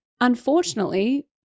unfortunately